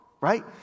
right